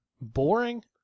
boring